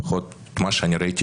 לפחות מה שראיתי